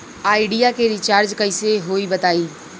Idea के recharge कइसे होई बताईं?